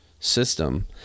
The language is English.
System